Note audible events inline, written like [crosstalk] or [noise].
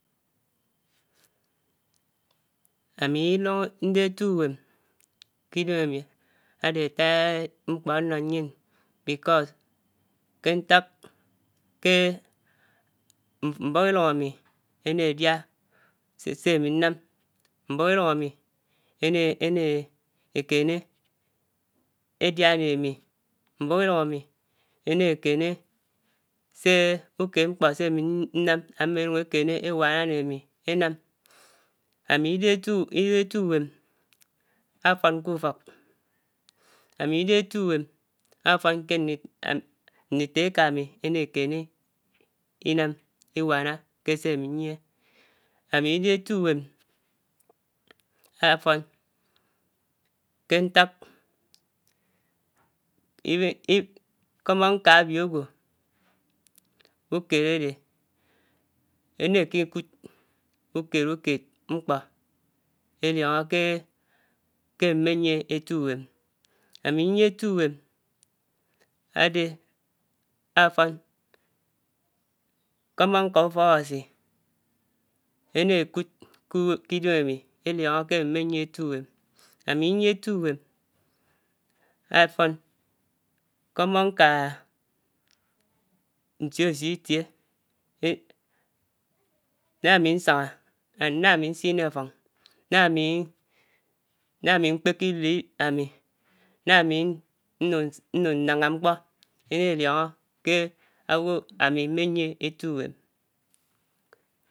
Ámilòng, ndè ètí uwèm k’ idèm ámì átá-èti mkpò ánnò míèn because kènták kè mbòk ìtòng ámi énà èdíá nè mi mbòk ilìng ámì ènè kènè sè ukèd mkpò sè ámi nàm ámmò ánung èkèèrè ègwáñá né ámì énàm. Ámi dè etí uwèm áfòn kè ufòk, ámí dè èti uwèm áfòn kè nditò ékà ámí ènè kènè ègwáná kè sè ámí níé. Ámi dé èti nditò ékà ámi [hesitation] ènè’kènè ègwáná kè sè ámi nie ámi dè eti uwèm afòn kè nták [hesitation] even, mkòm nká ábio ágwò ùkèd ádè ènè ikukud ukèd ukèd mkpò èliòngò kè kè ámi mèniè èti uwèm. Ámi nyè èti uwèm ádè áfòn nkónó nkà ufòk ábási èn’èkud kè uwém, k’idèm ámi èliòngo kè [hesitation] ámi mmè nie èti uwém, ámi nie èti uwèm áfòn nkɔómó nká nsíònsiò itiè nkpèkè idèd ámi, nághá ámi nung nung nnàghán mkpò èlá èliónge kè ágwò ámi mmème èti uwèm.